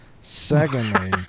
secondly